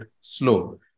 slow